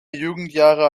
jugendjahre